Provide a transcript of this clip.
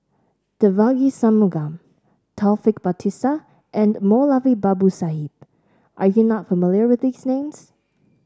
Devagi Sanmugam Taufik Batisah and Moulavi Babu Sahib are you not familiar with these names